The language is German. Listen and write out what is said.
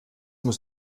muss